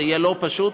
זה יהיה לא פשוט,